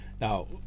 Now